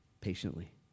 Patiently